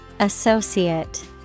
Associate